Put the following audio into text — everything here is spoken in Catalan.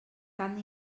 cant